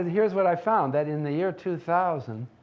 here's what i found, that in the year two thousand,